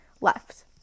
left